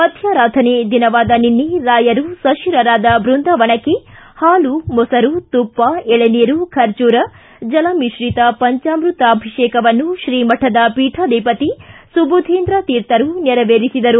ಮಧ್ಯಾರಾಧನೆ ದಿನವಾದ ನಿನ್ನೆ ರಾಯರು ಸಶರೀರರಾದ ಬೃಂದಾವನಕ್ಕೆ ಹಾಲು ಮೊಸರು ತುಪ್ಪ ಎಳನೀರು ಖರ್ಜೂರ ಜಲಮಿಶ್ರಿತ ಪಂಚಾಮೃತಾಭಿಷೇಕವನ್ನು ಶ್ರೀಮಠದ ಪೀಠಾಧಿಪತಿ ಸುಬುಧೇಂದ್ರ ತೀರ್ಥರು ನೆರವೇರಿಸಿದರು